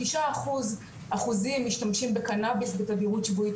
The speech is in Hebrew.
תשעה אחוזים משתמשים בקנאביס בתדירות שבועית,